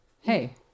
hey